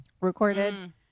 recorded